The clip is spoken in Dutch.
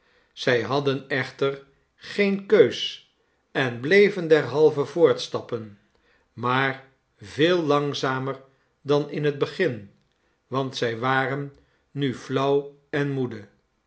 zij hadden echter geene keus en bleven derhalve voortstappen maar veel langzamer dan in het begin want zij waren nu flauw en moede